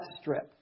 strip